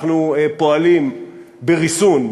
אנחנו פועלים בריסון,